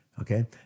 Okay